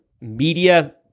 media